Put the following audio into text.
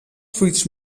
fruits